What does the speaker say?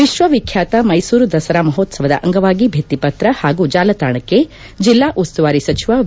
ವಿಕ್ಷ ವಿಖ್ಯಾತ ಮೈಸೂರು ದಸರಾ ಮಹೋತ್ತವದ ಅಂಗವಾಗಿ ಭಿತ್ತಿ ಪತ್ರ ಹಾಗೂ ಜಾಲತಾಣಕ್ಕೆ ಜಿಲ್ಲಾ ಉಸ್ತುವಾರಿ ಸಚಿವ ವಿ